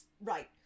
Right